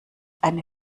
eine